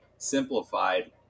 simplified